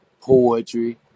poetry